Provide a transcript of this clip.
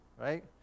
right